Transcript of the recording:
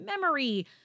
memory